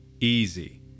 easy